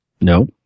No